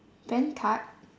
bank card